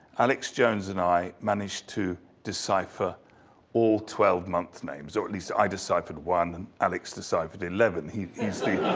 alex jones and i managed to decipher all twelve month names. or at least i deciphered one and alex deciphered eleven. he